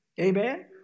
Amen